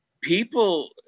people